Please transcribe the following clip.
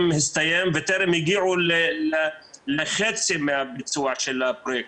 הסתיים וטרם הגיעו לחצי מהביצוע של הפרויקט,